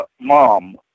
mom